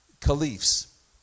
caliphs